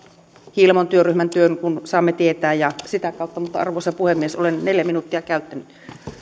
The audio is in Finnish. hiilamon työryhmän työn kun saamme tietää sitä kautta mutta arvoisa puhemies olen neljä minuuttia käyttänyt